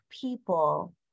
people